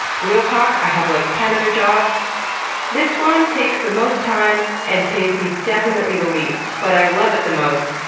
real talk, i have, like, ten other jobs this one takes the most time, and pays me definitely the least, but i love it the most,